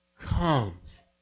comes